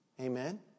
Amen